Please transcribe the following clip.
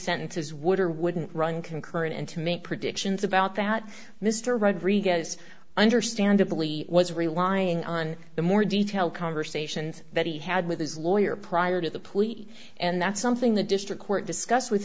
sentences would or wouldn't run concurrent and to make predictions about that mr rodriguez understandably was relying on the more detailed conversations that he had with his lawyer prior to the police and that's something the district court discussed with